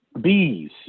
Bees